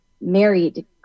married